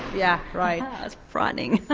yeah right. it's frightening,